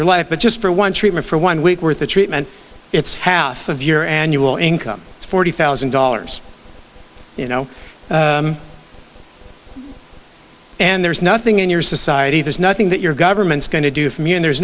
your life but just for one treatment for one week worth a treatment it's half of your annual income it's forty thousand dollars you know and there's nothing in your society there's nothing that your government's going to do for me and there's